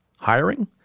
Hiring